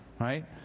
Right